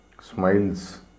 smiles